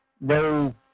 no